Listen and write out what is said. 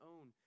own